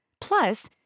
Plus